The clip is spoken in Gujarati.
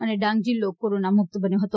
અને ડાંગ જિલ્લો કોરોનામુકત બન્યો હતો